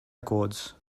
records